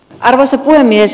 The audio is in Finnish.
arvoisa puhemies